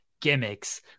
gimmicks